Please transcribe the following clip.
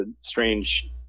strange